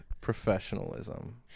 professionalism